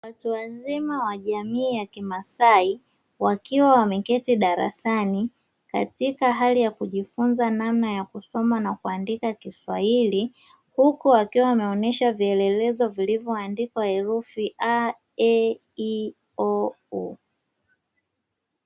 Watu wazima wa jamii ya kimasai wakiwa wameketi darasani, katika hali ya kujifunza namna ya kusoma na kuandika kiswahili, huku wakiwa wanaonyesha vielelezo vilivyoandikwa herufi a, e, i, o, u.